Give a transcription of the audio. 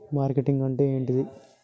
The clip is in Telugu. మార్కెటింగ్ అంటే ఏంటిది?